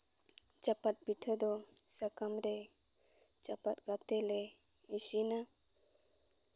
ᱪᱟᱯᱟᱫ ᱯᱤᱴᱷᱟᱹ ᱫᱚ ᱥᱟᱠᱟᱢ ᱨᱮ ᱪᱟᱯᱟᱫ ᱠᱟᱛᱮ ᱞᱮ ᱟᱨ ᱤᱥᱤᱱᱟ